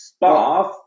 bath